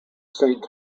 saint